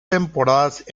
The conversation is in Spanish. temporadas